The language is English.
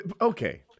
okay